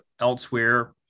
elsewhere